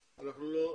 מה הבעיה, אני לא מבין.